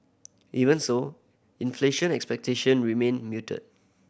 even so inflation expectation remain muted